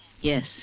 Yes